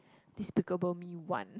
Despicable me one